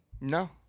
No